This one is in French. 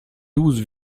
douze